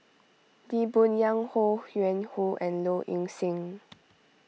Lee Boon Yang Ho Yuen Hoe and Low Ing Sing